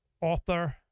author